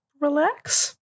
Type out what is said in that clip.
relax